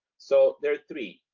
so there are three.